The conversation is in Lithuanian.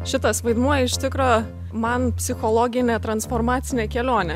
šitas vaidmuo iš tikro man psichologinė transformacinė kelionė